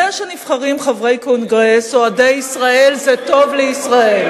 זה שנבחרים חברי קונגרס אוהדי ישראל זה טוב לישראל.